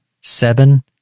seven